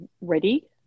ready